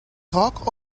talk